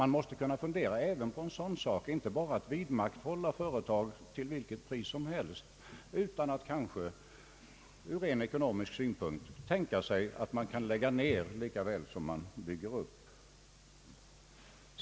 Man måste kunna fundera även på en sådan sak, inte bara att vidmakthålla företag till vilket pris som helst, utan att kanske ur ren ekonomisk synpunkt tänka sig att lägga ned lika väl som man bygger upp.